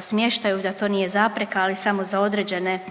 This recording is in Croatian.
smještaju da to nije zapreka, ali samo za određene